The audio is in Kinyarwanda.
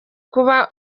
kuba